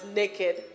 naked